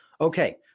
Okay